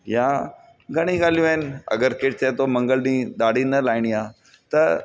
या घणेई ॻाल्हियूं आहिनि अगरि केरु चए थो मंगलु ॾींहुं दाड़ी न लाहिणी आहे त